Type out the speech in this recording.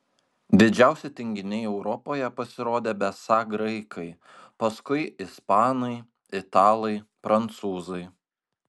didžiausi tinginiai europoje pasirodė besą graikai paskui ispanai italai prancūzai